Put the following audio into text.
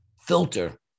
filter